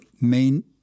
main